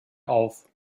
auf